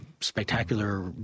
spectacular